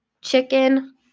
chicken